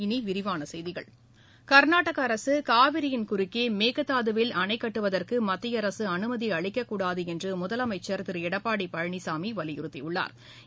இனி விரிவான செய்திகள் கர்நாடக அரசு காவிரியின் குறுக்கே மேகதாதுவில் அணைக்கட்டுவதற்கு மத்திய அரசு அனுமதி அளிக்கக்கூடாது என்று முதலமைச்சன் திரு எடப்பாடி பழனிசாமி வலியுறுத்தியுள்ளாா்